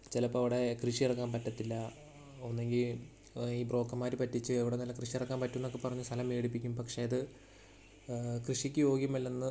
ചിലപ്പോൾ അവിടെ കൃഷിയിറക്കാൻ പറ്റത്തില്ല ഒന്നികിൽ ഈ ബ്രോക്കർമാർ പറ്റിച്ച് അവിടെ നല്ല കൃഷിയിറക്കാൻ പറ്റുമെന്നൊക്കെ പറഞ്ഞ് സ്ഥലം മേടിപ്പിക്കും പക്ഷെ അത് കൃഷിയ്ക്ക് യോഗ്യമല്ലെന്ന്